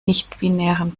nichtbinären